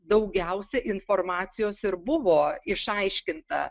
daugiausiai informacijos ir buvo išaiškinta